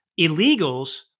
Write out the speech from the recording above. illegals